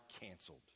canceled